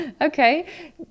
Okay